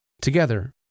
Together